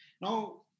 Now